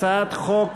הצעת חוק